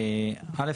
א',